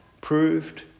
proved